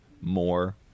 more